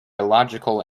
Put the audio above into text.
illogical